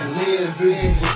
living